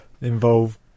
involve